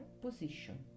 position